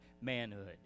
manhood